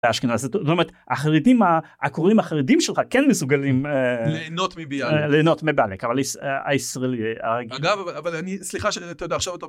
אשכנזית. החרדים, הקוראים החרדים שלך כן מסוגלים... ליהנות מביאליק... ליהנות מביאליק, אבל הישראלי... אגב, אבל, אבל אני סליחה ש... אתה יודע עכשיו אתה